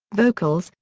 vocals,